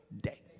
day